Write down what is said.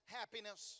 happiness